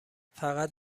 فقط